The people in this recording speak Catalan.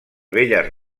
velles